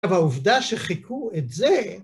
והעובדה שחיקו את זה